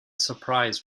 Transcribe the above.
surprise